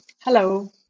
Hello